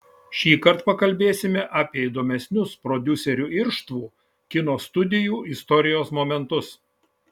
šįkart pakalbėsime apie įdomesnius prodiuserių irštvų kino studijų istorijos momentus